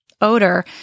odor